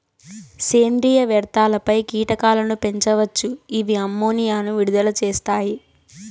సేంద్రీయ వ్యర్థాలపై కీటకాలను పెంచవచ్చు, ఇవి అమ్మోనియాను విడుదల చేస్తాయి